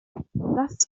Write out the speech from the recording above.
das